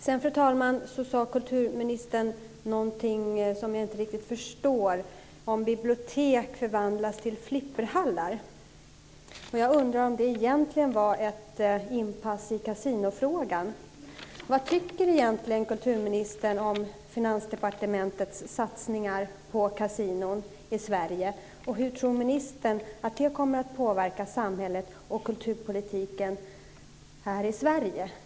Sedan, fru talman, sade kulturministern någonting som jag inte riktigt förstod om bibliotek som förvandlas till flipperhallar. Jag undrar om det egentligen var ett inpass i kasinofrågan. Vad tycker kulturministern om Finansdepartementets satsningar på kasinon i Sverige? Hur tror ministern att det kommer att påverka samhället och kulturpolitiken här i Sverige?